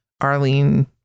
Arlene